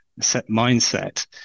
mindset